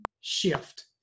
shift